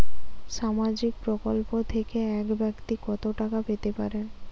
সামাজিক প্রকল্প থেকে এক ব্যাক্তি কত টাকা পেতে পারেন?